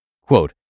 Quote